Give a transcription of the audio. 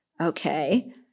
okay